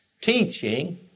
Teaching